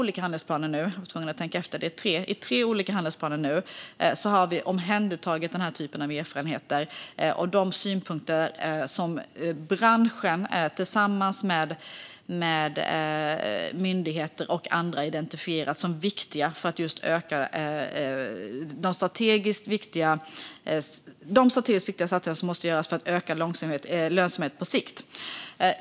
I tre olika handlingsplaner har vi omhändertagit den här typen av erfarenheter och de strategiskt viktiga satsningar som branschen tillsammans med myndigheter och andra identifierat för att öka lönsamheten på sikt.